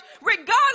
regardless